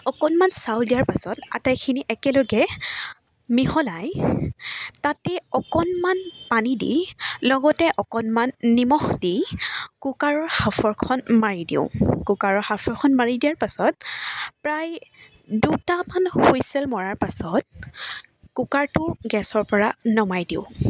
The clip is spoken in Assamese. অকণমান চাউল দিয়াৰ পাছত আটাইখিনি একেলগে মিহলাই তাতে অকণমান পানী দি লগতে অকণমান নিমখ দি কুকাৰৰ সাঁফৰখন মাৰি দিওঁ কুকাৰৰ সাঁফৰখন মাৰি দিয়াৰ পাছত প্ৰায় দুটামান হুইচেল মৰাৰ পাছত কুকাৰটো গেছৰ পৰা নমাই দিওঁ